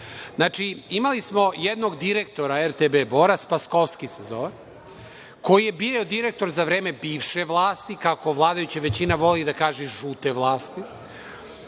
imali smo jednog direktora RTB Bora, Spaskovski se zove, koji je bio direktor za vreme bivše vlasti, kako vladajuća većina voli da kaže – žute vlasti,